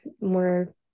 more